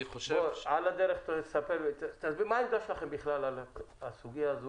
על הדרך, תסביר מה העמדה שלכם בכלל על הסוגיה של